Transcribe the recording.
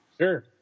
Sure